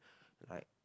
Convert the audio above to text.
like